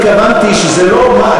התכוונתי שזה לא,